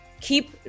keep